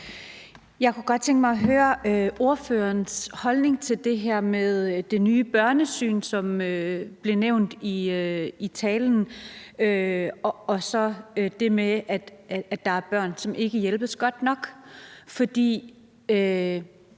Jeg kunne godt tænke mig at høre ordførerens holdning til det her med det nye børnesyn, som blev nævnt i talen, og så det med, at der er børn, som ikke hjælpes godt nok. Nu